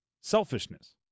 Selfishness